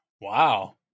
Wow